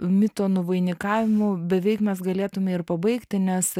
mitų nuvainikavimu beveik mes galėtumėme ir pabaigti nes